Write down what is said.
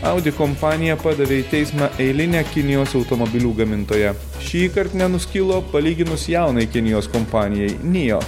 audi kompanija padavė į teismą eilinę kinijos automobilių gamintoją šįkart nenuskilo palyginus jaunai kinijos kompanijai nijo